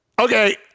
okay